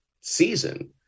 season